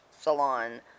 salon